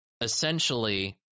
essentially